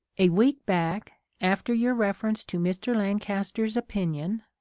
a week back, after your reference to mr. lancaster's opinion,